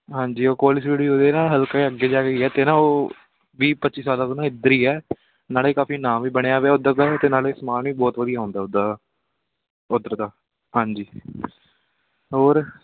ਹਾਂਜੀ ਉਹ ਕੋਹਲੀ ਸਵੀਟ ਵੀ ਉਹ ਦੇ ਨਾ ਹਲਕਾ ਜਿਹਾ ਅੱਗੇ ਜਾ ਕੇ ਹੀ ਹੈ ਅਤੇ ਨਾ ਉਹ ਵੀਹ ਪੱਚੀ ਸਾਲਾਂ ਤੋਂ ਨਾ ਇੱਧਰ ਹੀ ਹੈ ਨਾਲੇ ਕਾਫ਼ੀ ਨਾਂ ਵੀ ਬਣਿਆ ਵਾ ਉੱਧਰ ਦਾ ਅਤੇ ਨਾਲੇ ਸਮਾਨ ਵੀ ਬਹੁਤ ਵਧੀਆ ਹੁੰਦਾ ਉਸ ਦਾ ਉੱਧਰ ਦਾ ਹਾਂਜੀ ਹੋਰ